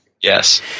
Yes